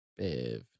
biv